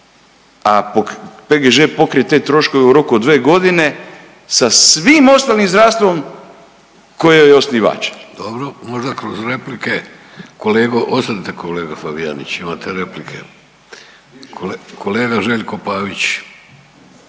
a PGŽ pokrije te troškove u roku od 2 godine sa svim ostalim zdravstvom kojoj je osnivač. **Vidović, Davorko (Socijaldemokrati)** Dobro, možda kroz replike, ostanite kolega Fabijanić imate replike. Kolega Željko Pavić.